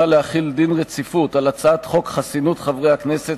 להחיל דין רציפות על הצעת חוק חסינות חברי הכנסת,